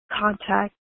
contact